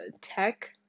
tech